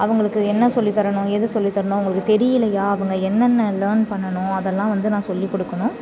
அவங்களுக்கு என்ன சொல்லித்தரணும் ஏது சொல்லித்தரணும் உங்களுக்கு தெரியலையா அவங்க என்னென்ன லேர்ன் பண்ணணும் அதெல்லாம் வந்து நான் சொல்லிக்கொடுக்கணும்